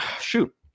shoot